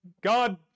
God